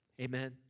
Amen